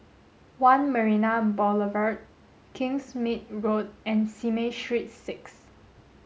One Marina Boulevard Kingsmead Road and Simei Street six